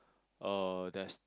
uh there's